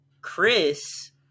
Chris